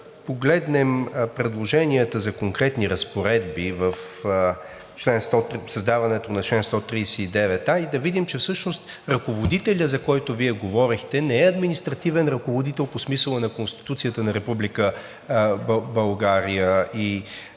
да погледнем предложенията за конкретни разпоредби в създаването на чл. 139а и да видим, че всъщност ръководителят, за който Вие говорехте, не е административен ръководител по смисъла на Конституцията на Република България и на Закона